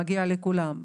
מגיע לכולם,